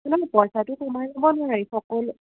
পইচাটো কমাই হ'ব নোৱাৰি সকলো